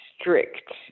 strict